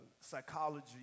psychology